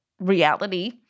reality